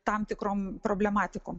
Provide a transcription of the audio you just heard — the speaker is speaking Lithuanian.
tam tikrom problematikom